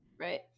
Right